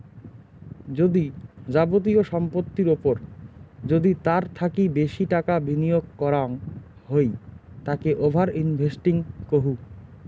যদি যাবতীয় সম্পত্তির ওপর যদি তার থাকি বেশি টাকা বিনিয়োগ করাঙ হই তাকে ওভার ইনভেস্টিং কহু